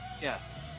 yes